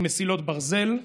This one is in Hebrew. עם מסילות ברזל,